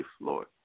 Lord